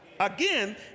Again